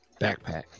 backpack